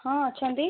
ହଁ ଅଛନ୍ତି